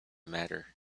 matter